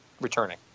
returning